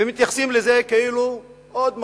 ומתייחסים לזה כאילו עוד מקום,